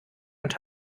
und